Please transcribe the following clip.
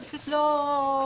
זה פשוט לא קשור.